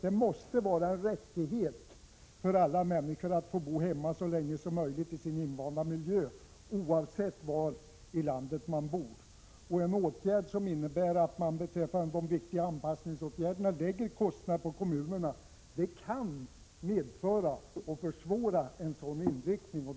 Det måste vara en rättighet för alla människor att få bo hemma i sin invanda miljö så länge som möjligt, oavsett var i landet man bor. En åtgärd som innebär att man beträffande de viktiga anpassningsåtgärderna lägger kostnaderna på kommunerna kan försvåra en sådan inriktning.